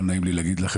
לא נעים לי להגיד לך,